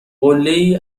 قلهای